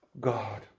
god